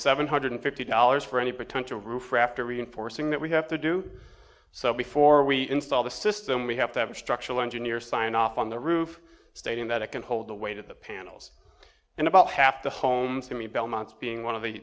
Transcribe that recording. seven hundred fifty dollars for any potential roof rafter reinforcing that we have to do so before we install the system we have to have a structural engineer sign off on the roof stating that it can hold the weight of the panels and about half the homes to me belmont's being one of